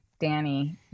Danny